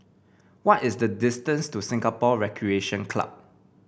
what is the distance to Singapore Recreation Club